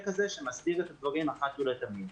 כזה שמסדיר את הדברים אחת ולתמיד.